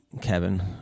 Kevin